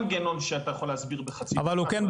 החברות יודעות על מה הן חותמות לפני שהם מקבלים?